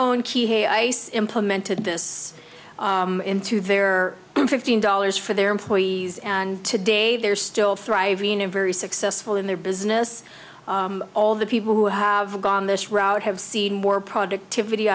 key ice implemented this into their fifteen dollars for their employees and today they're still thriving and very successful in their business all the people who have gone this route have seen more productivity